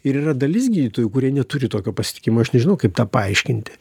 ir yra dalis gydytojų kurie neturi tokio pasitikimo aš nežinau kaip tą paaiškinti